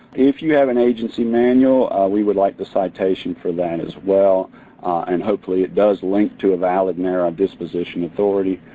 if you have an agency manual we would like the citation for that as well and hopefully it does link to a valid nara disposition authority.